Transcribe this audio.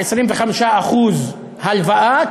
25% הלוואה,